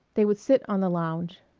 they would sit on the lounge.